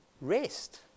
rest